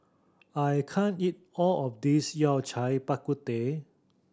I can't eat all of this Yao Cai Bak Kut Teh